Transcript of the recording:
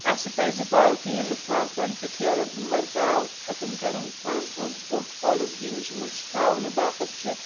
اَسہِ پَزٕ پالتھیٖن لِفافَن تہٕ ٹھیلَن ہُںٛد وَرتاو ختم کَرُن پَنُن اوٚنٛد پوٚک اولودگی نِش مۄچھِ تھاونہٕ باپَتھ چھُ